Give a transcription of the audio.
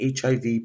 HIV